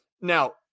Now